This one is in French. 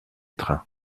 trains